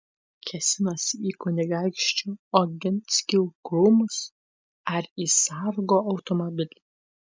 kėsinosi į kunigaikščių oginskių rūmus ar į sargo automobilį